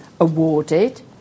awarded